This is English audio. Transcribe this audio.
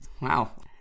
Wow